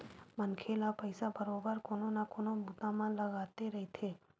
मनखे ल पइसा बरोबर कोनो न कोनो बूता म लगथे रहिथे